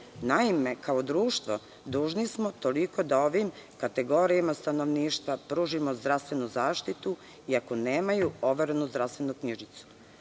deca. Naime, kao društvo, dužni smo toliko da ovim kategorijama stanovništva pružimo zdravstvenu zaštitu, iako nemaju overenu zdravstvenu knjižicu.Dešavalo